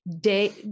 day